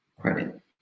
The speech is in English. credit